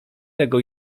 tego